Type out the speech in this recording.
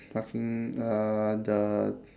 rough~ mm uhh the